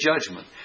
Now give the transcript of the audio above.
judgment